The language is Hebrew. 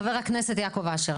חבר הכנסת יעקב אשר,